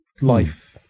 life